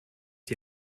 die